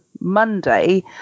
Monday